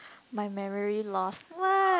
my memory loss what